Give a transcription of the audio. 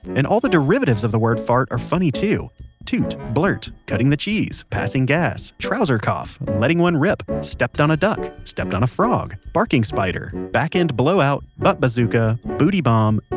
and all the derivatives of the word fart are funny too toot, blurt, cutting the cheese, passing gas, trouser cough, letting one rip, stepped on a duck, stepped on a frog, barking spider, back-end blowout, butt bazooka, booty bomb,